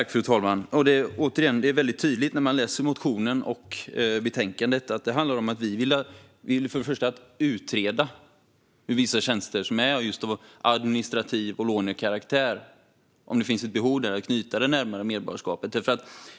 Fru talman! Återigen: Det är tydligt när man läser motionen och betänkandet att det handlar om att vi vill utreda om det finns ett behov av att knyta vissa tjänster av administrativ karaktär eller lånekaraktär närmare medborgarskapet.